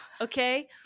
okay